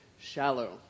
shallow